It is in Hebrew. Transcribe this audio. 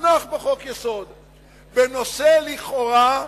הונח פה חוק-יסוד בנושא, לכאורה,